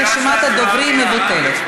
רשימת הדוברים מבוטלת.